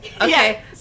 Okay